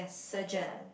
surgeon